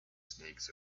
snakes